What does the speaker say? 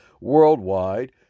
worldwide